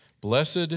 Blessed